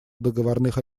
договорных